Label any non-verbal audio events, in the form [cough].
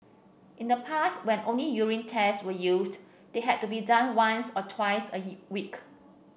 in the past when only urine tests were used they had to be done once or twice a [unintelligible] week